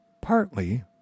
partly